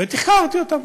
ותחקרתי אותם.